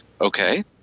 Okay